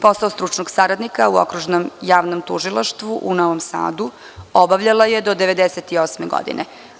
Posao stručnog saradnika U Okružnom javnom tužilaštvu u Novom Sadu obavljala je do 1998. godine.